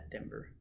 Denver